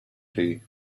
day